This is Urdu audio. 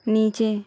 نیچے